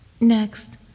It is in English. Next